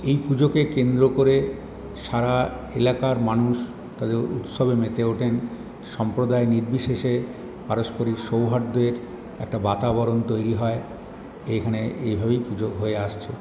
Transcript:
এই পুজোকে কেন্দ্র করে সারা এলাকার মানুষ তাদের উৎসবে মেতে ওঠেন সাম্প্রদায়িক নির্বিশেষে পারস্পরিক সৌহার্দের একটা বাতাবরণ তৈরি হয় এইখানে এইভাবেই পুজো হয়ে আসছে